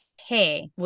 hey